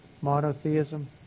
monotheism